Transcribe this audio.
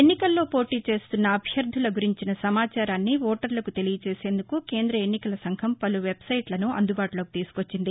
ఎన్నికల్లో పోటీచేస్తున్న అభృర్ధుల గురించిన సమాచారాన్ని ఓటర్లకు తెలియచేసేందుకు కేంద్ర ఎన్నికల సంఘం పలు వెబ్సైట్లను అందుబాటులోకి తీసుకొచ్చింది